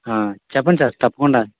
చెప్పండి సార్ తప్పకుండా